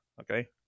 okay